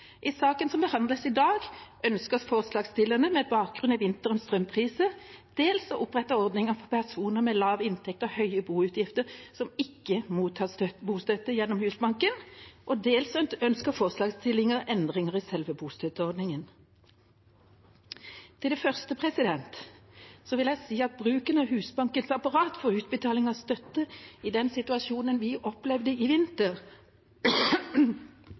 I saken som behandles i dag, ønsker forslagsstillerne – med bakgrunn i vinterens strømpriser – dels å opprette ordninger for personer med lave inntekter og høye boutgifter som ikke mottar bostøtte gjennom Husbanken, og dels ønsker forslagsstillerne endringer i selve bostøtteordningen. Til det første vil jeg si at bruken av Husbankens apparat for utbetaling av støtte i den situasjonen vi opplevde i vinter,